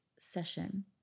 session